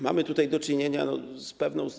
Mamy tutaj do czynienia z pewną.